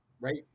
Right